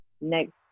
next